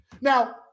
Now